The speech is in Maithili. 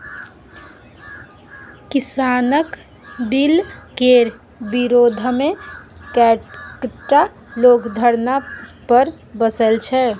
किसानक बिलकेर विरोधमे कैकटा लोग धरना पर बैसल छै